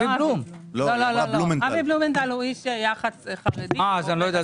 הוא איש יח"צ חרדי.